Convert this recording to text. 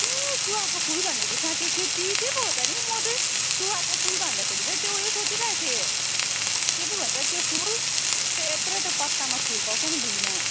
ए चुवाको फुल भनेको त साँची त्यो तिते पो हो त नि म चाहिँ चुवाको फुल भन्दाखेरि चाहिँ त्यो उयो सोचिरहेको थिएँ के पो भन्छ त्यो फुल त्यो एत्रो एत्रो पत्तामा फुल पाउँछ नि भुईँमा